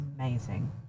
amazing